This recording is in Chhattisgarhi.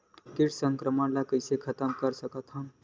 कीट संक्रमण ला कइसे खतम कर सकथन?